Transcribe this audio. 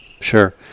sure